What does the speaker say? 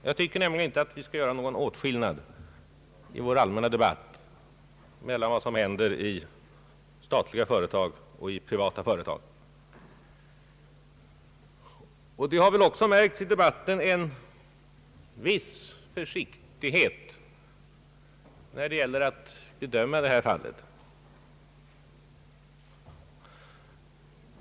Jag tycker nämligen inte att det bör göras någon åtskillnad i vår allmänna debatt mellan vad som händer i statliga företag och vad som händer i privata företag. Det har väl också märkts i debatten en viss försiktighet när det gäller att bedöma detta fall.